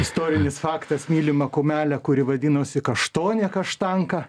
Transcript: istorinis faktas mylimą kumelę kuri vadinosi kaštonė kaštanka